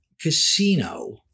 casino